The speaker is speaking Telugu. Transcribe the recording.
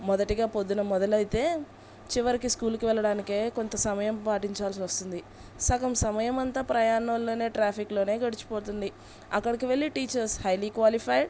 మొదటిగా ప్రొద్దున మొదలైతే చివరికి స్కూల్కి వెళ్ళడానికే కొంత సమయం పాటించాల్సి వస్తుంది సగం సమయం అంతా ప్రయాణంలోనే ట్రాఫిక్లోనే గడిచిపోతుంది అక్కడికి వెళ్ళి టీచర్స్ హైలీ క్వాలిఫైడ్